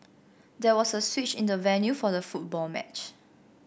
there was a switch in the venue for the football match